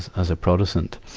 as, as a protestant.